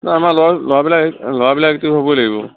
নহয় আমাৰ ল'ৰা ল'ৰাবিলাক ল'ৰাবিলাক এক্টিভ হ'বই লাগিব